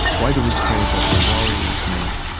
why do we care about the warrior's name?